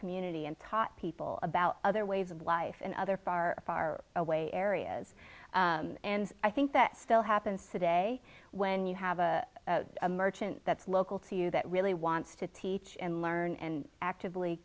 community and taught people about other ways of life in other far far away areas and i think that still happens today when you have a merchant that's local to you that really wants to teach and learn and actively